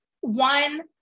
One